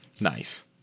Nice